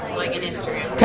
like an instagram